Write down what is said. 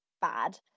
bad